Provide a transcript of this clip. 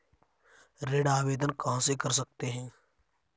ऋण आवेदन कहां से कर सकते हैं?